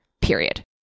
period